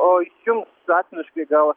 o jums asmeniškai gal